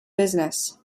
business